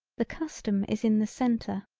the custom is in the centre.